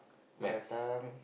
mother tongue